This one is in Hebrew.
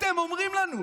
אתם אומרים לנו,